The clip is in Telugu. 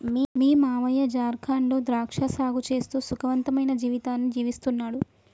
మీ మావయ్య జార్ఖండ్ లో ద్రాక్ష సాగు చేస్తూ సుఖవంతమైన జీవితాన్ని జీవిస్తున్నాడు